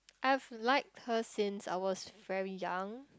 I've liked her since I was very young